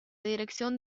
dirección